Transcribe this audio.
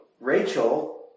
Rachel